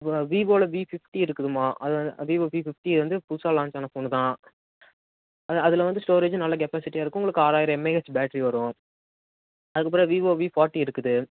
இப்போது விவோவில் V fifty இருக்குதுமா அது விவோ வி ஃபிஃப்டி வந்து புதுசாக லான்ச் ஆன ஃபோனு தான் அது அதில் வந்து ஸ்டோரேஜும் நல்ல கெப்பாசிட்டியாக இருக்கும் உங்களுக்கு ஆறாயிரம் எம்ஏஹெச் பேட்ரி வரும் அதுக்கப்புறம் விவோ வி ஃபார்ட்டி இருக்குது